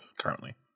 currently